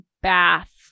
bath